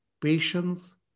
patience